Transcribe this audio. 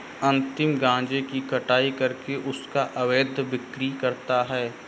अमित गांजे की कटाई करके उसका अवैध बिक्री करता है